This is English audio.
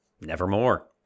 nevermore